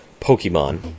Pokemon